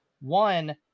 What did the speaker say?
One